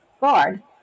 guard